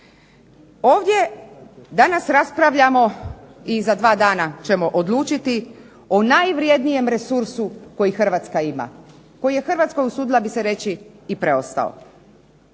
Ovdje danas raspravljamo i za dva dana ćemo odlučiti, o najvrednijem resursu koje Hrvatska ima, koji je Hrvatskoj i preostao,